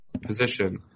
position